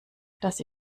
dass